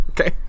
Okay